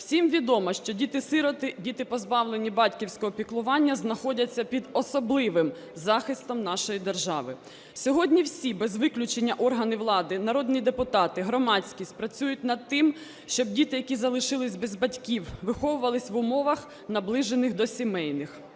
Всім відомо, що діти-сироти, діти, позбавленні батьківського піклування, знаходяться під особливим захистом нашої держави. Сьогодні всі без виключення органи влади, народні депутати, громадськість працюють над тим, щоб діти, які залишились без батьків, виховувались в умовах, наближених до сімейних,